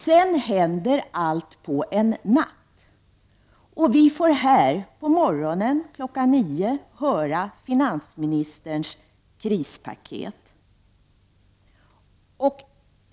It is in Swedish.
Därpå händer allt på en natt, och vi får här på morgonen kl. 9 höra om finansministerns krispaket.